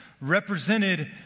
represented